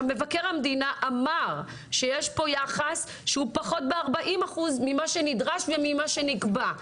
מבקר המדינה אמר שיש פה יחס שהוא נמוך ב-40% ממה שנדרש וממה שנקבע.